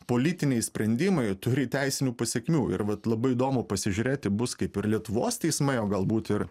politiniai sprendimai turi teisinių pasekmių ir vat labai įdomu pasižiūrėti bus kaip ir lietuvos teismai o galbūt ir